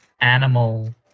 animal